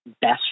best